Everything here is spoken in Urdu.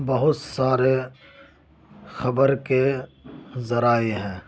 بہت سارے خبر کے ذرائع ہیں